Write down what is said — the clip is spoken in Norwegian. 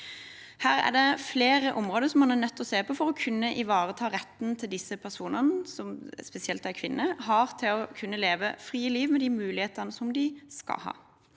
Her er det flere områder man er nødt til å se på for å kunne ivareta retten disse personene, som spesielt er kvinner, har til å kunne leve et fritt liv med de mulighetene som de skal ha.